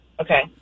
Okay